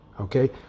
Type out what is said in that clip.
okay